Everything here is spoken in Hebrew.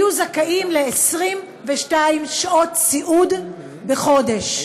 הם היו זכאים ל-22 שעות סיעוד בחודש.